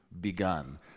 begun